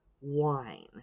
wine